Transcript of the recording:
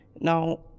now